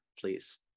please